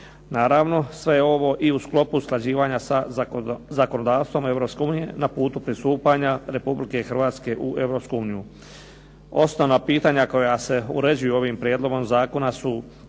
Naravno sve ovo i u sklopu usklađivanja sa zakonodavstvom Europske unije na putu pristupanja Republike Hrvatske u Europsku uniju. Osnovna pitanja koja se uređuju ovim prijedlogom zakona su